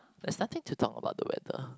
there's nothing to talk about the weather